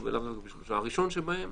הראשון שבהם